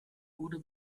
wurde